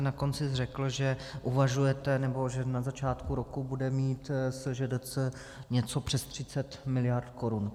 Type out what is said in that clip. Na konci jste řekl, že uvažujete, nebo že na začátku roku bude mít SŽDC něco přes 30 miliard korun.